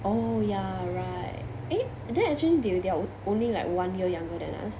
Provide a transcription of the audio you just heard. oh ya right eh then actually they are they are only like one year younger than us